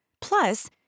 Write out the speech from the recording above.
Plus